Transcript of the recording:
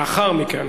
לאחר מכן,